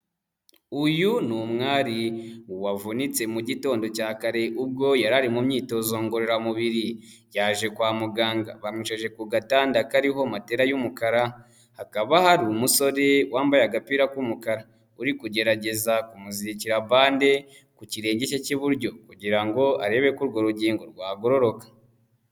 Uyu ni umwari wavunitse mu gitondo cya kare ubwo yari ari mu myitozo ngororamubiri. Yaje kwa muganga bamwicaje ku gatanda kariho matera y'umukara. Hakaba hari umusore wambaye agapira k'umukara uri kugerageza kumuzikira bande ku kirenge cye cy'iburyo kugira ngo arebe ko urwo rugingo rwagororoka.